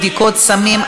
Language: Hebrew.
בדיקות סמים),